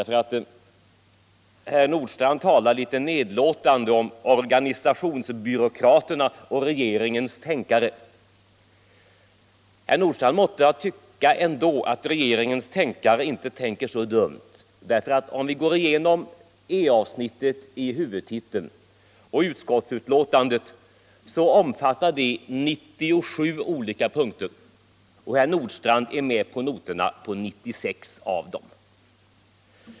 över att herr Nordstrandh talar litet nedlåtande om organisationsbyråkraterna och regeringens tänkare. Herr Nordstrandh måste ändå tycka att regeringens tänkare inte tänker så dumt. Om vi går igenom E-avsnittet i huvudtiteln och utskottsbetänkandet finner vi, att det omfattar 97 olika punkter, och herr Nordstrandh är med på noterna när det gäller 96 av dem.